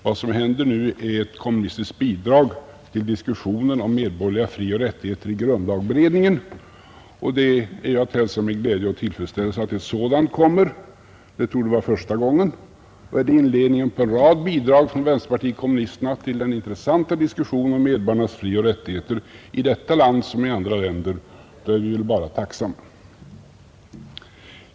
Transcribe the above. Vad som händer nu är ett kommunistiskt bidrag till diskussionen i grundlagberedningen om medborgarnas frioch rättigheter, och det är att hälsa med glädje och tillfredsställelse att ett sådant kommer. Det torde vara första gången, och är det inledningen till en rad bidrag från vänsterpartiet kommunisterna till den intressanta diskussionen om medborgarnas frioch rättigheter i detta land som i andra länder, då är vi bara tacksamma.